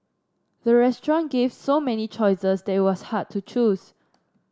the restaurant gave so many choices that it was hard to choose